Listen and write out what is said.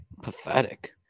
pathetic